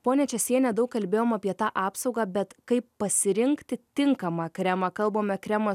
ponia česiene daug kalbėjom apie tą apsaugą bet kaip pasirinkti tinkamą kremą kalbame kremą